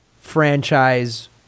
franchise